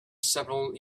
several